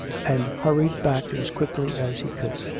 and hurried back as quickly as he could.